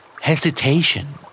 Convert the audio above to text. Hesitation